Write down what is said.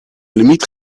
limiet